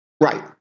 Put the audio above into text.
Right